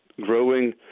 growing